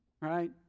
right